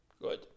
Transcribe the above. Good